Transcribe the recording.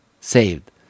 saved